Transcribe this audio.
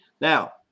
Now